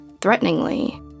threateningly